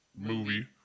movie